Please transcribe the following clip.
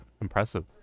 impressive